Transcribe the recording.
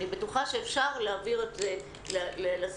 אני בטוחה שאפשר להעביר את זה לשדה.